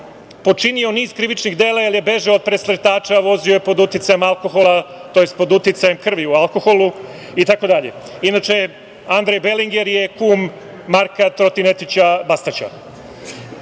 počinio niz krivičnih dela jer je bežao od presretača, vozio je pod uticajem alkohola, tj. pod uticajem krvi u alkoholu itd. Inače, Andrej Belinger je kum Marka Trotinetića Bastaća. Dakle,